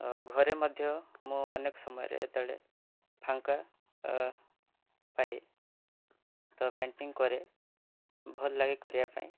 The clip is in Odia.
ଘରେ ମଧ୍ୟ ଅନେକ ମୁଁ ସମୟରେ ଯେତେବେଳେ ଫାଙ୍କା ପାଏ ତ ପେଣ୍ଟିଙ୍ଗ୍ କରେ ଭଲଲାଗେ କରିବାପାଇଁ